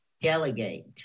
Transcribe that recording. delegate